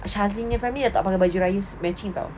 shazlin dia family tak pakai baju raya dia matching [tau]